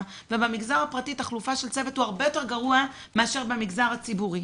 ובמגזר הפרטי תחלופה של צוות הוא הרבה יותר גרוע מאשר במגזר הציבורי.